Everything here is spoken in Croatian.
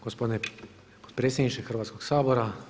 Gospodine potpredsjedniče Hrvatskog sabora.